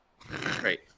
Great